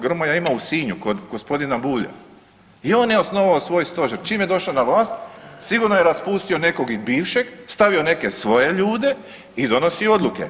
Grmoja ima u Sinju kod gospodina Bulja i on je osnovao svoj Stožer čim je došao na vlast, sigurno je raspustio i nekog i bivšeg, stavio neke svoje ljude i donosi odluke.